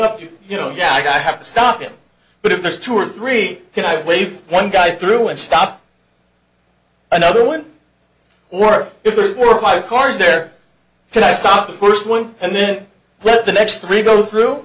up you know yeah i have to stop it but if there's two or three wave one guy through and stop another one or if there's more of my cars there can i stop the first one and then let the next three go through